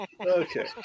Okay